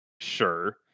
Sure